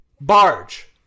Barge